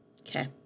Okay